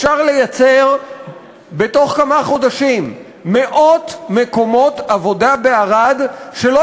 אפשר לייצר בתוך כמה חודשים מאות מקומות עבודה בערד שלא